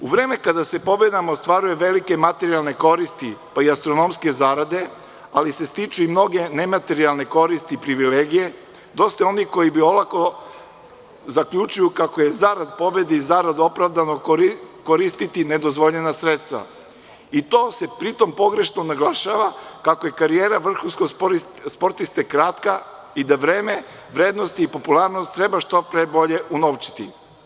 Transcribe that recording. U vreme kada se pobedama ostvaruju velike materijalne koristi, pa i astronomske zarade, ali se stiču i mnoge nematerijalne koristi i privilegije, dosta je onih koji bi olako zaključili kako je zarad pobede i zarad opravdanog koristiti nedozvoljena sredstva i to se pri tom pogrešno naglašava, kako je karijera vrhunskog sportiste kratka i da vreme, vrednosti i popularnost treba što pre bolje unovčiti.